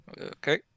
Okay